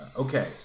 Okay